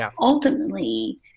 ultimately